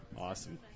Awesome